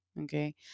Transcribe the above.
Okay